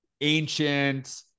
ancient